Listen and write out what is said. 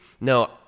No